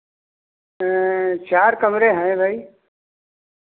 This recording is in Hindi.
चार कमरे हैं भई